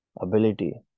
ability